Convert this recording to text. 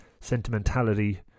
sentimentality